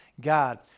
God